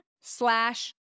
slash